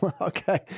okay